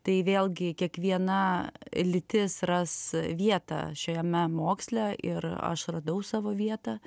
tai vėlgi kiekviena lytis ras vietą šiame moksle ir aš radau savo vietą